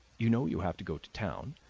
you know you have to go to town.